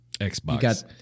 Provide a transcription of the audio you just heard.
Xbox